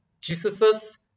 Jesus